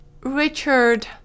Richard